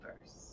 first